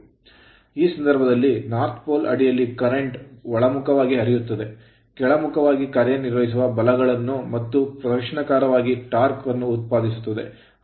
ಆದ್ದರಿಂದ ಈ ಸಂದರ್ಭದಲ್ಲಿ ಉತ್ತರ pole ಧ್ರುವದ ಅಡಿಯಲ್ಲಿ current ಕರೆಂಟ್ ಒಳಮುಖವಾಗಿ ಹರಿಯುತ್ತದೆ ಕೆಳಮುಖ ವಾಗಿ ಕಾರ್ಯನಿರ್ವಹಿಸುವ ಬಲಗಳನ್ನು ಮತ್ತು ಪ್ರದಕ್ಷಿಣಾಕಾರವಾಗಿ torque ಟಾರ್ಕ್ ಅನ್ನು ಉತ್ಪಾದಿಸುತ್ತದೆ